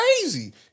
crazy